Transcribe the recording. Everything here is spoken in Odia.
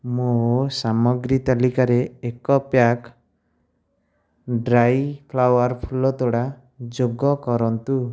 ମୋ ସାମଗ୍ରୀ ତାଲିକାରେ ଏକ ପ୍ୟାକ୍ ଡ୍ରାଇ ଫ୍ଲାୱାର୍ ଫୁଲତୋଡ଼ା ଯୋଗ କରନ୍ତୁ